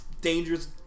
dangerous